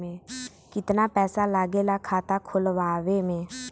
कितना पैसा लागेला खाता खोलवावे में?